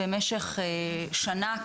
במשך שנה,